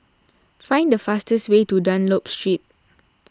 find the fastest way to Dunlop Street